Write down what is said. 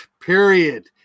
Period